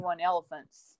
elephants